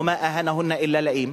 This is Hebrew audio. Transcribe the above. ומא אהאנהן אלא לאים.